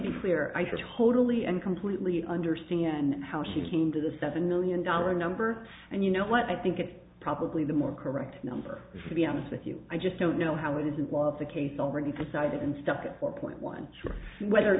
clear i totally and completely understand how she came to the seven million dollar number and you know what i think it's probably the more correct number to be honest with you i just don't know how is it was the case already decided and stuck at four point one whether